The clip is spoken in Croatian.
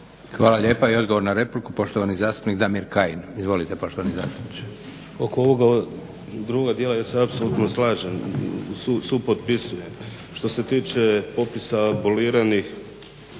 Hvala lijepa. I odgovor na repliku poštovani zastupnik Damir Kajin. Izvolite poštovani zastupniče. **Kajin, Damir (IDS)** Oko ovoga drugoga dijela ja se apsolutno slažem, supotpisujem. Što se tiče popisa aboliranih